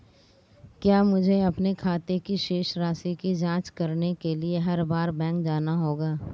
क्या मुझे अपने खाते की शेष राशि की जांच करने के लिए हर बार बैंक जाना होगा?